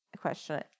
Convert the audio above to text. question